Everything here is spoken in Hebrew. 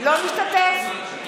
(קוראת בשם חבר הכנסת)